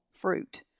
fruit